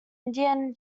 indian